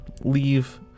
leave